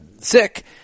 sick